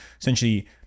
essentially